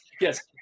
Yes